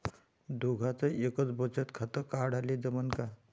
दोघाच एकच बचत खातं काढाले जमनं का?